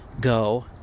Go